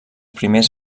primers